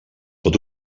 pot